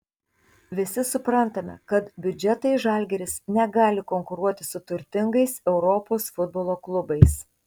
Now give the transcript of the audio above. visi suprantame kad biudžetais žalgiris negali konkuruoti su turtingais europos futbolo klubais